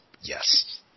Yes